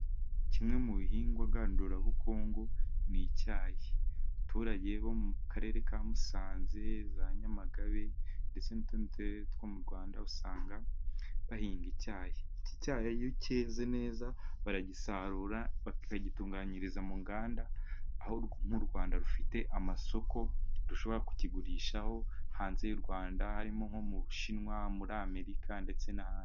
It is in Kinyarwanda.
Kimwe mu bihingwa ngandurabukungu ni icyayi. abaturage bo mu karere ka Musanze za Nyamagabe ndetse n'utundi turere two mu Rwanda， usanga bahinga icyayi. Iki cyayi iyo cyeze neza baragisarura， bakagitunganyiriza mu nganda， aho nk'u Rwanda rufite amasoko， dushobora kukigurishaho hanze y'u Rwanda，harimo nko mu Bushinwa， muri Amerika ndetse n'ahandi.